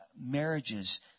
marriages